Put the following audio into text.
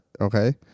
okay